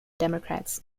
democrats